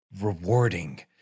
rewarding